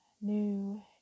new